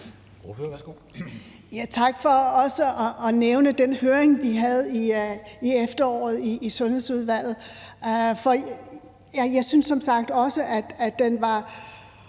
Tak for også at nævne den høring, vi havde i efteråret i Sundhedsudvalget. Jeg synes som sagt også, at den var